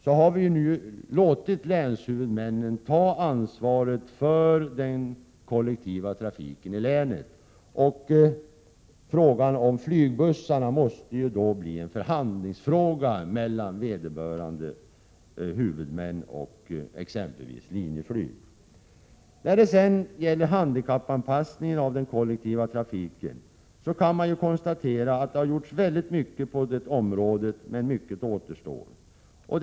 Eftersom vi har låtit länshuvudmännen ta ansvaret för den kollektiva trafiken i länet, måste frågan om flygbussarna vara en förhandlingsfråga mellan vederbörande huvudman och exempelvis Linjeflyg. När det gäller handikappanpassningen av den kollektiva trafiken kan man konstatera att det gjorts väldigt mycket på det området, men mycket återstår att göra.